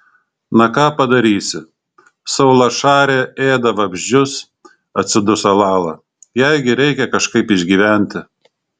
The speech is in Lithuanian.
na ką padarysi saulašarė ėda vabzdžius atsiduso lala jai gi reikia kažkaip išgyventi